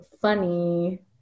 funny